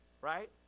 Right